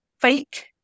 fake